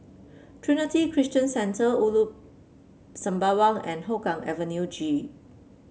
Trinity Christian Centre Ulu Sembawang and Hougang Avenue G